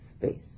space